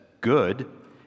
good